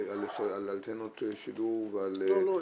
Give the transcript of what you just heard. אנטנות שידור ועל דברים כאלה --- לא,